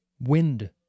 Wind